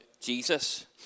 Jesus